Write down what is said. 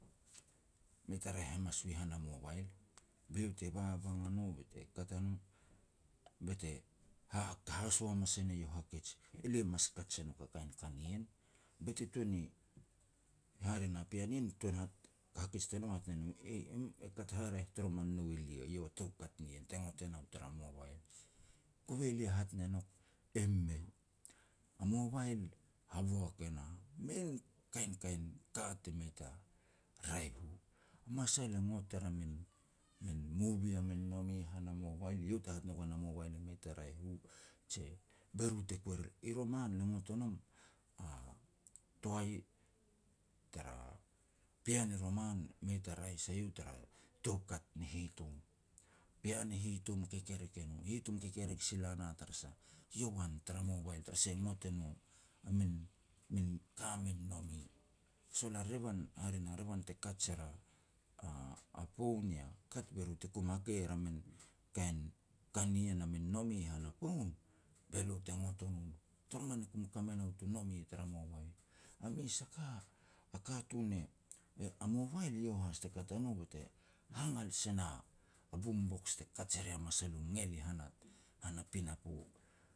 Mei ta raeh hamas u han a mobile, be iau te babang a no be te kat a no, be te ha-haso hamas e ne iau hakej, "Elia mas kaj se nouk a kain ka nien", be te tuan ni, hare na, pean nien tun ha-hakej tanou e hat ne no, "Eih, e kat haraeh toroman nou elia", iau a toukat nien te ngot e nau tara mobile. Kove lia hat ne nouk, e mei. A mobile, haboak e na min kainkain ka te mei ta raeh u. Masal e ngot er a min-min movie a min nome han a mobile, iau te hat ne goan a mobile e mei ta raeh u, je be ru te kuer er. I roman, lo ngot o nom, a toai tara pean i roman mei ta raeh sai u tara toukat ni hitom. Pean e hitom kekerek e no, hitom kekerek sila na tara sah, iau an tara mobile tara sah ngot e nu a min-min ka min nome. Sol a revan, hare na, revan te kaj er a-a-a phone ya kat be ru te kom hakei er a min kain ka nien a min nome han a phone, be lo te ngot o nom. Toroman e kom ka me nou tu nome tara mobile. A mes a ka, a katun e-e a mobile iau has te kat a no be te hangal se na boom box te kaj e ria masal u ngel i han a-han a pinapo.